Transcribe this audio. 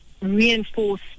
reinforce